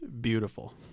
beautiful